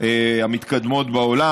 המתקדמות בעולם,